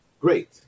Great